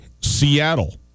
Seattle